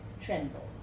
tremble